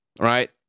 right